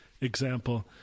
example